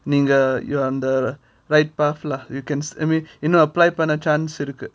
நீங்க:neenga you're on the right path lah you can I mean you know apply பண்ண:panna chance இருக்கு:irukku